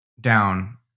down